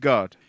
God